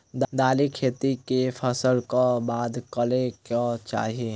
दालि खेती केँ फसल कऽ बाद करै कऽ चाहि?